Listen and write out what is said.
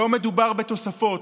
לא מדובר בתוספות,